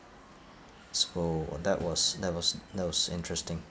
so that was that was that was interesting